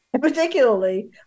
particularly